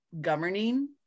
governing